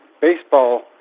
Baseball